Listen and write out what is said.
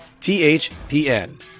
THPN